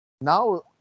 now